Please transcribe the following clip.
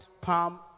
palm